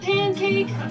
Pancake